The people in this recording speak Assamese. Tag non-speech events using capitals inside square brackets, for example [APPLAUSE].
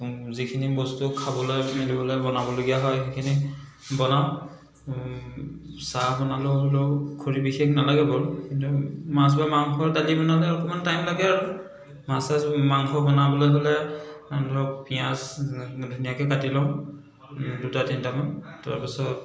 যিখিনি বস্তু খাবলৈ পিন্ধিবলৈ বনাবলগীয়া হয় সেইখিনি বনাওঁ চাহ বনালেও [UNINTELLIGIBLE] খৰি বিশেষ নালাগে বাৰু কিন্তু মাছ বা মাংস দালি বনালে অকণমান টাইম লাগে আৰু মাছ চাছ মাংস বনাবলৈ হ'লে ধৰক পিঁয়াজ ধুনীয়াকৈ কাটি লওঁ দুটা তিনিটামান তাৰ পাছত